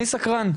אני סקרן.